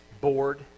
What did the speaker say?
board